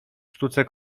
sztuce